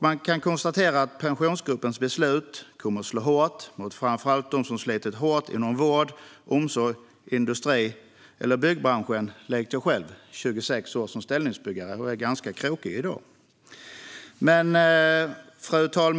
Man kan konstatera att Pensionsgruppens beslut kommer att slå hårt framför allt mot dem som slitit hårt inom vård, omsorg och industri - eller, likt jag själv, byggbranschen. Jag har arbetat som ställningsbyggare i 26 år och är i dag ganska krokig.